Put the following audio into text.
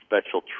special